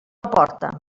porta